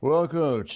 Welcome